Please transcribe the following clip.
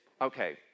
okay